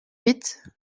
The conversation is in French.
huit